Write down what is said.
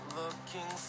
looking